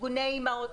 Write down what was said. ארגוני אימהות,